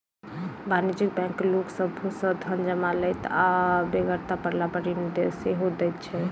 वाणिज्यिक बैंक लोक सभ सॅ धन जमा लैत छै आ बेगरता पड़लापर ऋण सेहो दैत छै